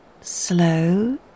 slow